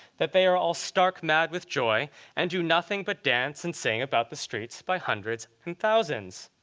that they are all stark mad with joy and do nothing but dance and sing about the streets by hundreds and thousands.